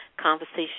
conversation